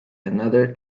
another